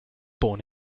born